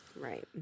Right